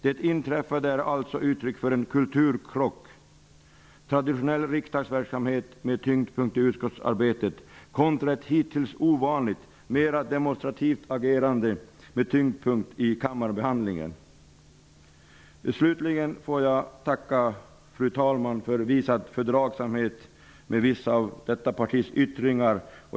- Det inträffade är alltså uttryck för en kulturkrock: traditionell riksdagsverksamhet med tyngdpunkt i utskottsarbetet kontra ett hittills ovanligt, mera demonstrativt agerande med tyngdpunkt i kammarbehandlingen.'' Slutligen tackar jag fru talmannen för visad fördragsamhet med vissa av vårt partis yttringar.